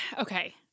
okay